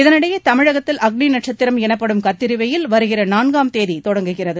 இதனிடையே தமிழகத்தில் அக்னி நட்சத்திரம் எனப்படும் கத்திரி வெயில் வருகிற நான்காம் தேதி தொடங்குகிறது